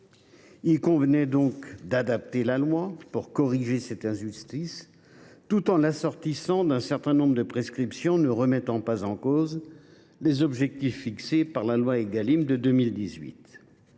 Il convenait donc d’adapter la loi pour corriger cette injustice tout en assortissant cette adaptation d’un certain nombre de prescriptions ne remettant pas en cause les objectifs fixés par la loi Égalim de 2018.